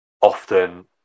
often